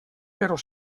però